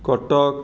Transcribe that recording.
Cuttack